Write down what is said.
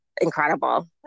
incredible